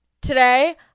Today